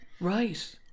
right